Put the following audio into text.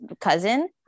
cousin